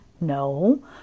No